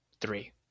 Three